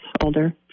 older